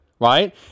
right